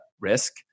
risk